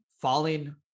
falling